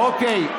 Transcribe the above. אוקיי.